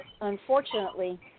Unfortunately